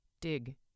Dig